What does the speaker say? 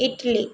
Italy